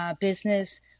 business